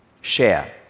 share